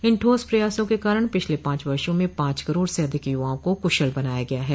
इन ठोस प्रयासों के कारण पिछले पांच वर्षों में पांच करोड़ से अधिक युवाओं को कुशल बनाया गया है